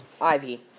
Ivy